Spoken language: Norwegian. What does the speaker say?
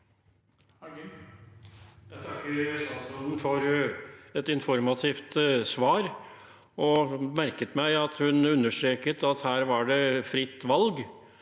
Jeg takker statsråden for et informativt svar og merket meg at hun understreket at det er fritt valg